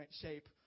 shape